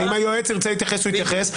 אם היועץ ירצה להתייחס הוא יתייחס,